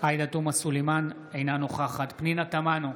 אינה נוכחת פנינה תמנו,